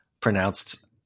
pronounced